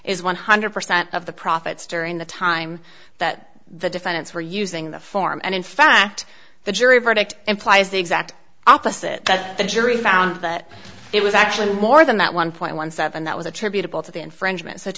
is one hundred percent of the profits during the time that the defendants were using the form and in fact the jury verdict implies the exact opposite that the jury found that it was actually more than that one point one seven that was attributable to the infringement s